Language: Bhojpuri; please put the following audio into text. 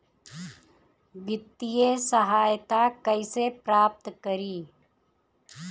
वित्तीय सहायता कइसे प्राप्त करी?